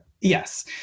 yes